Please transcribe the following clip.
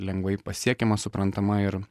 lengvai pasiekiama suprantama ir